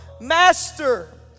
Master